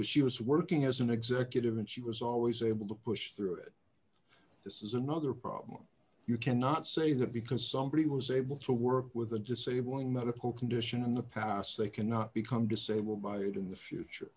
which she was working as an executive and she was always able to push through it this is another problem you cannot say that because somebody who was able to work with a disabling medical condition in the past they cannot become disabled by it in the future